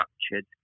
structured